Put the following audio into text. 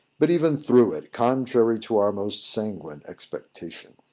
but even through it, contrary to our most sanguine expectation.